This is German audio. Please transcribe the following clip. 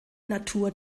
natur